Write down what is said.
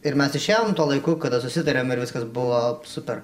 ir mes išėjom tuo laiku kada susitarėm ir viskas buvo super